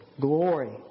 glory